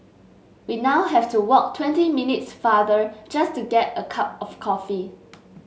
we now have to walk twenty minutes farther just to get a cup of coffee